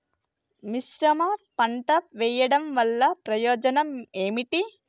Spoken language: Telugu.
మిశ్రమ పంట వెయ్యడం వల్ల ప్రయోజనం ఏమిటి?